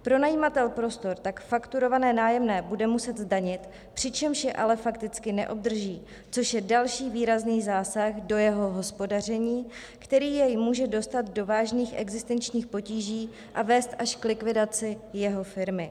Pronajímatel prostor tak fakturované nájemné bude muset zdanit, přičemž je ale fakticky neobdrží, což je další výrazný zásah do jeho hospodaření, který jej může dostat do vážných existenčních potíží a vést až k likvidaci jeho firmy.